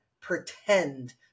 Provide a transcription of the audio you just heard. pretend